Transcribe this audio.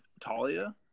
Talia